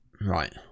Right